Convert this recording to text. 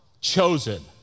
chosen